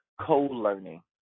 Co-learning